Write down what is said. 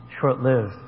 short-lived